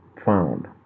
found